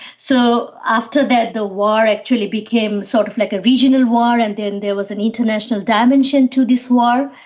so after that the war actually became sort of like a regional war and then there was an international dimension to this war.